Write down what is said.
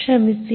ಕ್ಷಮಿಸಿ